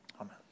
Amen